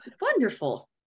Wonderful